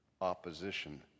opposition